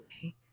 Okay